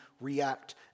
react